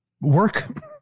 work